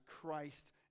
christ